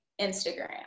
Instagram